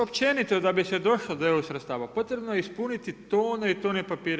Općenito da bi se došlo do EU sredstava potrebno je ispuniti tone i tone papira.